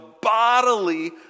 bodily